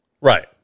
Right